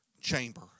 chamber